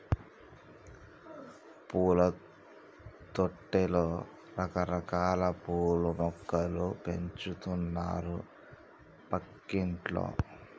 పూలతోటలో రకరకాల పూల మొక్కలు పెంచుతున్నారు పక్కింటోల్లు